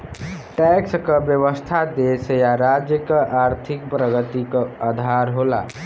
tax क व्यवस्था देश या राज्य क आर्थिक प्रगति क आधार होला